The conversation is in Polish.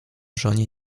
żonie